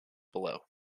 below